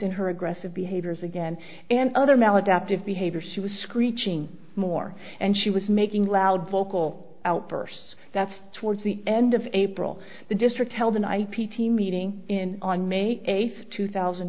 in her aggressive behaviors again and other maladaptive behavior she was screeching more and she was making loud vocal outbursts that's towards the end of april the district held an ip team meeting in on may eighth two thousand